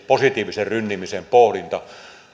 positiivisen rynnimisen pohdinta